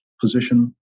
position